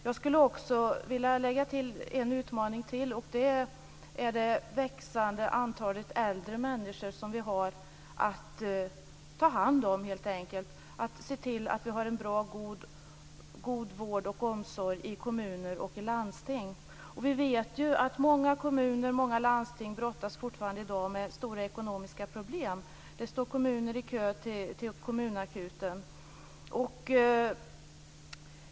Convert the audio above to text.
Jag skulle vilja lägga till en utmaning, nämligen det växande antalet äldre människor som vi har att ta hand om helt enkelt, att se till att vi har en god vård och omsorg i kommuner och landsting. Vi vet ju att många kommuner och landsting fortfarande i dag brottas med stora ekonomiska problem. Det står kommuner i kö till kommunakuten.